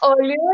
earlier